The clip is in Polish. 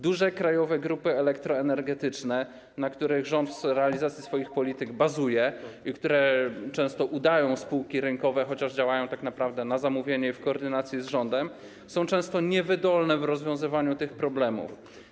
Duże krajowe grupy elektroenergetyczne, na których rząd w realizacji swoich polityk bazuje i które często udają spółki rynkowe, chociaż działają tak naprawdę na zamówienie i w koordynacji z rządem, są często niewydolne w rozwiązywaniu tych problemów.